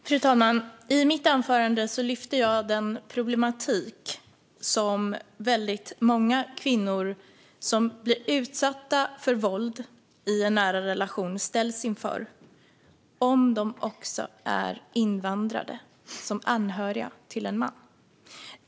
Fru talman! I mitt anförande lyfte jag upp den problematik som väldigt många kvinnor som blir utsatta för våld i en nära relation ställs inför om de också är invandrade som anhöriga till en man.